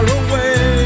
away